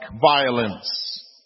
violence